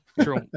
True